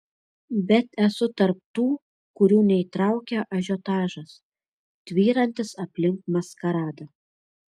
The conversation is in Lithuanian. bet esu tarp tų kurių neįtraukia ažiotažas tvyrantis aplink maskaradą